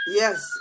yes